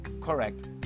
Correct